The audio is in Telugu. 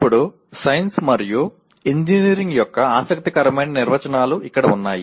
ఇప్పుడు సైన్స్ మరియు ఇంజనీరింగ్ యొక్క ఆసక్తికరమైన నిర్వచనాలు ఇక్కడ ఉన్నాయి